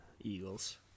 Eagles